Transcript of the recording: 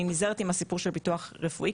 אני נזהרת עם הסיפור של ביטוח רפואי,